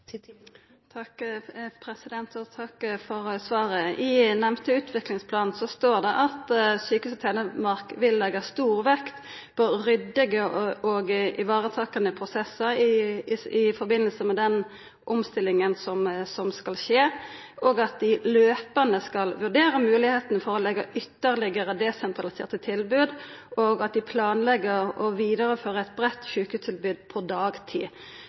for svaret. I den nemnde utviklingsplanen står det at Sykehuset Telemark vil leggja stor vekt på ryddige og ivaretakande prosessar i samband med den omstillinga som skal skje, og at dei kontinuerleg skal vurdera moglegheita for ytterlegare desentraliserte tilbod, og at dei planlegg å vidareføra eit breitt sjukehustilbod på dagtid.